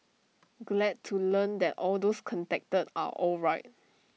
glad to learn that all those contacted are alright